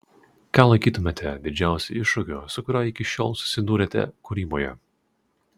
ką laikytumėte didžiausiu iššūkiu su kuriuo iki šiol susidūrėte kūryboje